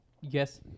yes